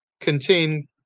contain